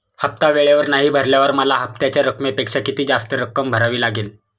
हफ्ता वेळेवर नाही भरल्यावर मला हप्त्याच्या रकमेपेक्षा किती जास्त रक्कम भरावी लागेल?